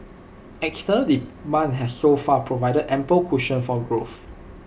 external demand has so far provided ample cushion for growth